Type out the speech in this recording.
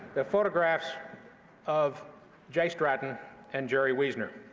the photographs of jay stratton and jerry wiesner.